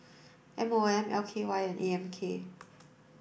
M O M L K Y and A M K